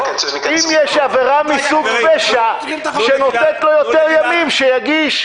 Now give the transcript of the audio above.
אם יש עבירה מסוג פשע שנותנת לו יותר ימים שיגיש.